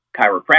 chiropractic